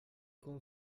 con